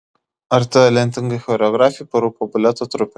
ar talentingai choreografei parūpo baleto trupė